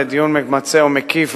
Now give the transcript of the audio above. לדיון ממצה ומקיף.